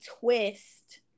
twist